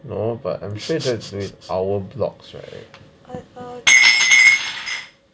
no but I'm sure that we our blocks right